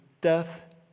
death